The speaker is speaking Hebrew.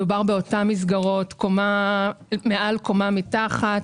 מדובר באותן מסגרות שנמצאות קומה מעל או קומה מתחת,